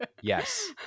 yes